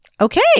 Okay